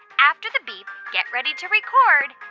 after the beep, get ready to record